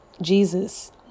Jesus